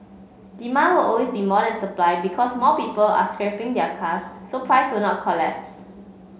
demand will always be more than supply because more people are scrapping their cars so price will not collapse